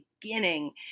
beginning